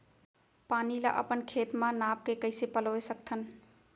पानी ला अपन खेत म नाप के कइसे पलोय सकथन?